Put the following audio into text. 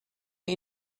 die